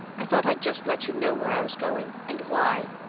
i thought i'd just let you know where i was going, and why,